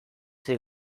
sea